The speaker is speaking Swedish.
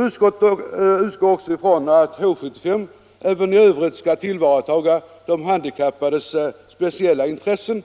Utskottet utgår också ifrån att H 75 även i övrigt skall tillvarata de handikappades speciella intressen.